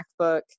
MacBook